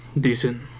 decent